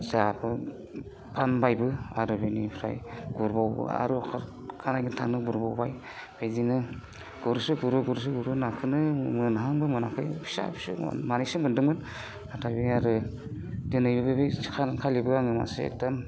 जाबाय फानबायबो आरो बेनिफ्राय गुरबावबा आरो अखायानै सानै साथामदों गुरबावबाय बिदिनो गुरोसो गुरो गुरोसो गुरो नाखौनो मोनहांबो मोनाखै फिसा फिसौ मानैसो मोनदोंमोन नाथाय बे आरो दिनै बेबायदि सानखालिबो आङो मासे एकदम